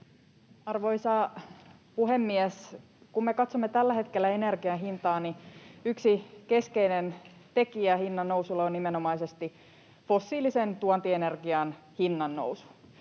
Arvoisa puhemies! Kun me katsomme tällä hetkellä energian hintaa, niin yksi keskeinen tekijä hinnannousussa on nimenomaisesti fossiilisen tuontienergian hinnannousu.